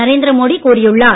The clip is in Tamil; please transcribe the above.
நரேந்திர மோடி கூறியுள்ளார்